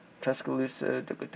Tuscaloosa